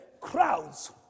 crowds